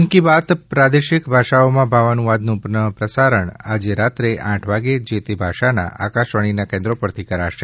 મન કી બાતના પ્રાદેશિક ભાષાઓમાં ભાવાનુવાદનું પુનઃ પ્રસારણ આજે રાત્રે આઠ વાગે જે તે ભાષાના આકાશવાણીના કેન્દ્રો પરથી કરાશે